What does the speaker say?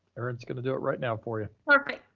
erin is gonna do it right now for you? perfect.